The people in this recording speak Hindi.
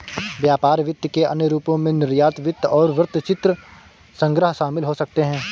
व्यापार वित्त के अन्य रूपों में निर्यात वित्त और वृत्तचित्र संग्रह शामिल हो सकते हैं